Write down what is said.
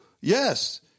yes